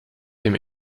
dem